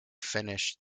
finished